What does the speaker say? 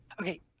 Okay